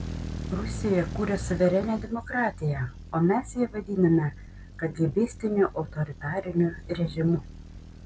rusija kuria suverenią demokratiją o mes ją vadiname kagėbistiniu autoritariniu režimu